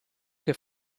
che